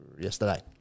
yesterday